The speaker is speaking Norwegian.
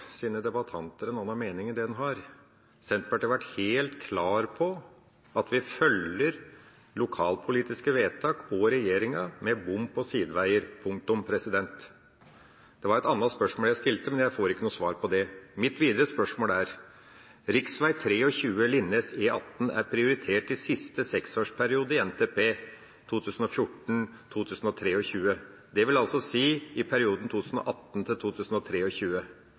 sine debattanter en annen mening enn det de har. Senterpartiet har vært helt klar på at vi følger lokalpolitiske vedtak og regjeringa, med bom på sideveier – punktum. Det var et annet spørsmål jeg stilte, men jeg får ikke noe svar på det. Videre er mitt spørsmål: Rv. 23 Linnes–E18 er prioritert i siste seksårsperiode i NTP 2014–2023, dvs. i perioden 2018–2023. Det er også skrevet at Linnes–E18 skal bygges i